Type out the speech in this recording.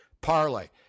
parlay